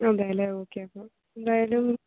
അതെ അല്ലേ ഓക്കേ അപ്പോൾ എന്തായാലും